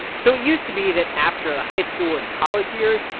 so it used to be that after the high school and college years,